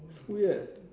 weird